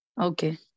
Okay